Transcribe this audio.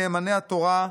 נאמני התורה,